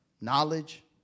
Knowledge